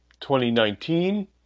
2019